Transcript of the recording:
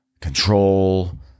control